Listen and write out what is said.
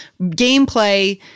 gameplay